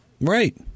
Right